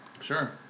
Sure